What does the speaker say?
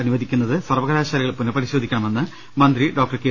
അനുവദിക്കുന്നത് സർവകലാ ശാലകൾ പുനപരിശോധിക്കണമെന്ന് മന്ത്രി ഡോക്ടർ കെ